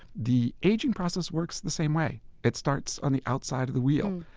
the aging process works the same way it starts on the outside of the wheel.